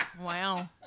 Wow